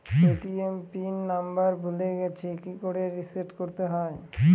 ATM pin number ভুলে গেছি কি করে রিসেট করতে হয়?